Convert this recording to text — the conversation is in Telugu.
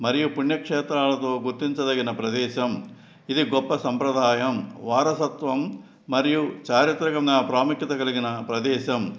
మరియు పుణ్యక్షేత్రాలతో గుర్తించదగిన ప్రదేశం ఇది గొప్ప సంప్రదాయం వారసత్వం మరియు చారిత్రకమైన ప్రాముఖ్యత కలిగిన ప్రదేశం